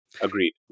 Agreed